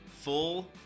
Full